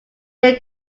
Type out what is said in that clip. they